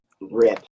Rip